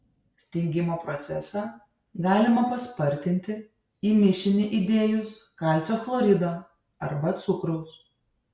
stingimo procesą galima paspartinti į mišinį įdėjus kalcio chlorido arba cukraus